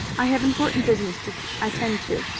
i have important business to attend to.